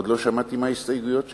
עוד לא שמעתי מה ההסתייגויות שלכם,